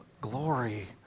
glory